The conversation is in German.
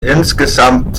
insgesamt